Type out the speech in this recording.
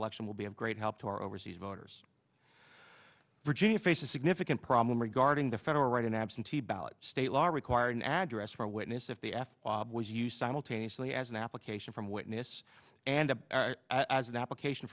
election will be of great help to our overseas voters virginia faced a significant problem regarding the federal right an absentee ballot state law required an address for a witness if the f was used simultaneously as an application from witness and as an application